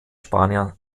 spanier